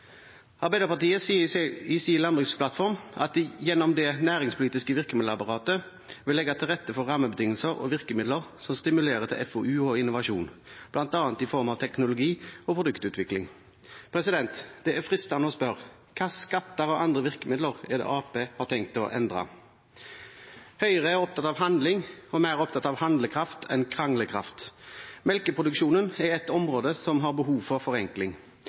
Arbeiderpartiet sier i sin landbrukspolitiske plattform at man gjennom det næringspolitiske virkemiddelapparatet vil legge til rette for «rammebetingelser og virkemidler som stimulerer til FoU og innovasjon, bl.a. i form av teknologi- og produktutvikling». Det er fristende å spørre: Hvilke skatter og andre virkemidler er det Arbeiderpartiet har tenkt å endre? Høyre er opptatt av handling og er mer opptatt av handlekraft enn kranglekraft. Melkeproduksjonen er et område som har behov for forenkling.